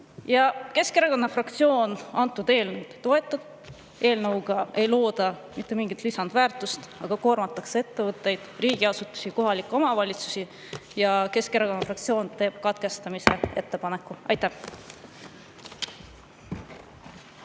Keskerakonna fraktsioon seda eelnõu ei toeta. Eelnõuga ei looda mitte mingit lisandväärtust, aga koormatakse ettevõtteid, riigiasutusi ja kohalikke omavalitsusi. Keskerakonna fraktsioon teeb katkestamise ettepaneku. Aitäh!